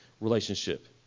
relationship